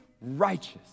righteous